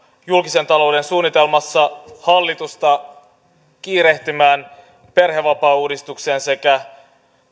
julkisen talouden suunnitelmassa hallitusta kiirehtimään perhevapaauudistuksen sekä